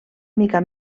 mica